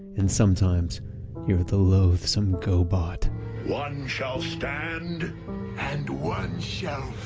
and sometimes you're the loathsome gobot one shall stand and one shall